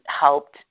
helped